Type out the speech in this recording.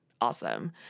Awesome